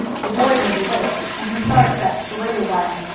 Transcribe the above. the boy was awake, and he thought it best to wait a while.